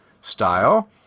style